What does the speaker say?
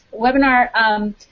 webinar